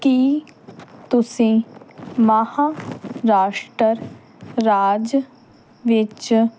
ਕੀ ਤੁਸੀਂ ਮਹਾਰਾਸ਼ਟਰ ਰਾਜ ਵਿੱਚ